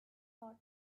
not